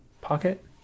Pocket